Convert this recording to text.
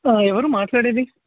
ఎవరు మాట్లాడేది